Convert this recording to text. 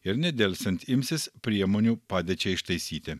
ir nedelsiant imsis priemonių padėčiai ištaisyti